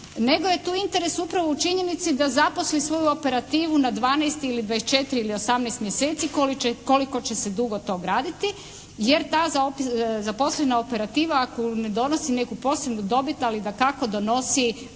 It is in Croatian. nego je tu interes upravo u činjenici da zaposli svoju operativu na dvanaest, dvadeset četiri ili osamnaest mjeseci koliko će se dugo to graditi jer ta zaposlena operativa koja ne donosi neku posebnu dobit ali dakako donosi